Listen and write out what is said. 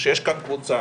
יש כאן קבוצה